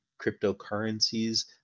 cryptocurrencies